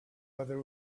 other